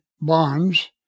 bonds